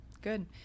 good